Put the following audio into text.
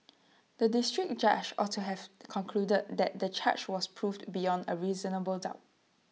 the District Judge ought to have concluded that the charge was proved beyond A reasonable doubt